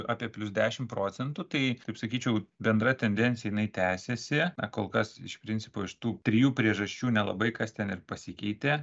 apie plius dešimt procentų tai taip sakyčiau bendra tendencija jinai tęsiasi na kolkas iš principo iš tų trijų priežasčių nelabai kas ten ir pasikeitė